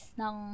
ng